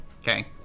Okay